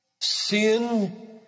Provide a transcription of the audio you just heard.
Sin